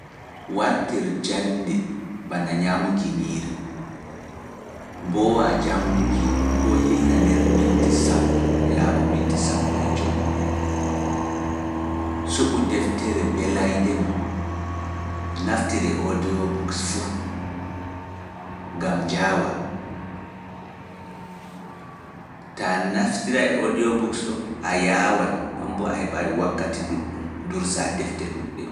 Wartir jannde bana ñaamuki ñiiri, mboowa jannguki koo yilla nder miinti sappo e jowi, suɓu deftere mbelaende maa, naftiree e audio books fuu, ngam njaawa. Ta naftira e audio book ɗo a yaaway nden bo a heɓai wakkati ɗuɗɗum ndursa defte ɗuɗɗe.